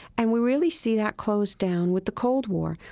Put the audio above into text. and we really see that close down with the cold war,